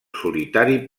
solitari